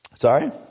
Sorry